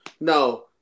No